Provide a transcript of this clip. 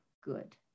good